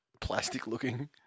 plastic-looking